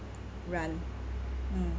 run mm